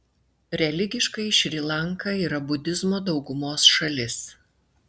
religiškai šri lanka yra budizmo daugumos šalis